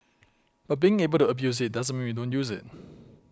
but being able to abuse it doesn't mean we don't use it